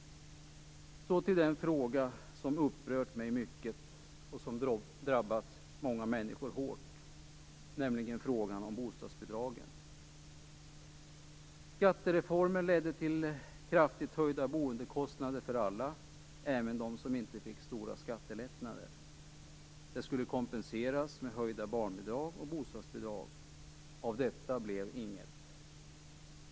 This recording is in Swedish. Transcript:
Så till den fråga som upprört mig mycket och som drabbat många människor hårt, nämligen bostadsbidragen. Skattereformen ledde till kraftigt höjda boendekostnader för alla, även dem som inte fick stora skattelättnader. Det skulle kompenseras med höjda barnbidrag och bostadsbidrag. Av detta blev inget.